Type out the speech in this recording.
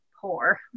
poor